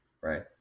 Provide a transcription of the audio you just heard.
right